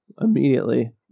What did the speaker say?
immediately